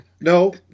No